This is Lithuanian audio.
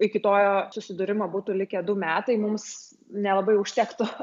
iki to susidūrimo būtų likę du metai mums nelabai užtektų